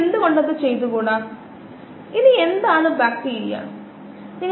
single കോശ protein 1970 കളിലും 80 കളിലും കന്നുകാലികൾക്ക് കാലിത്തീറ്റയായി വളരെ പ്രചാരത്തിൽ വന്നതായിരുന്നു